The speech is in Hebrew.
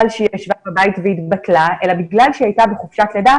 שהיא ישבה בבית והתבטלה אלא בגלל שהיא הייתה בחופשת לידה